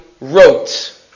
wrote